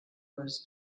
was